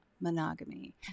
monogamy